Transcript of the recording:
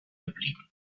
geblieben